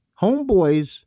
homeboys